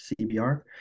CBR